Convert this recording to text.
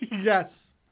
Yes